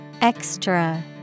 Extra